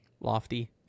lofty